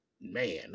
man